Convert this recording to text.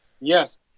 Yes